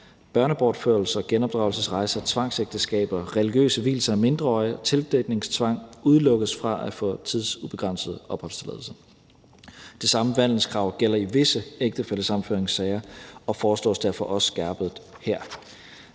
børnebortførelser, genopdragelsesrejser, tvangsægteskaber, religiøse vielser af mindreårige og tildækningstvang, udelukkes fra at få tidsubegrænset opholdstilladelse. Det samme vandelskrav gælder i visse ægtefællesammenføringssager og foreslås derfor også skærpet her.